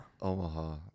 Omaha